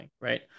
Right